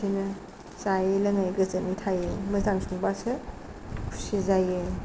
बिदिनो जायै लोङै गोजोनै थायो मोजां संब्लासो खुसि जायो